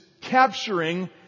capturing